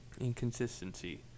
inconsistency